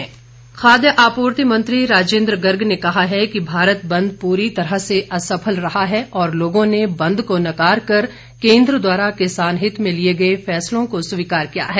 राजेन्द्र गर्ग खाद्य आपूर्ति मंत्री राजेन्द्र गर्ग ने कहा है कि भारत बंद पूरी तरह से असफल रहा है और लोगों ने बंद को नकार कर केंद्र द्वारा किसान हित में लिए गए फैसलों को स्वीकार किया है